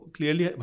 Clearly